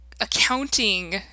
accounting